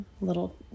little